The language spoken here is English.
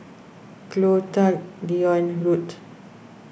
Clotilde Dion and Ruthe